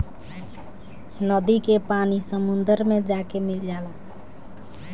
नदी के पानी समुंदर मे जाके मिल जाला